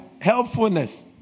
helpfulness